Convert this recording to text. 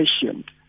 patient